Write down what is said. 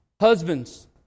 Husbands